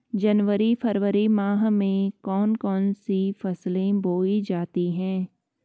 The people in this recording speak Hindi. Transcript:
जनवरी फरवरी माह में कौन कौन सी फसलें बोई जाती हैं?